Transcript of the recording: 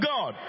God